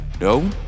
No